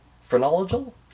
Phrenological